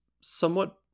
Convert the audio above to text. somewhat